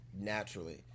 naturally